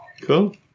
Cool